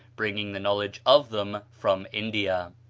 bringing the knowledge of them from india.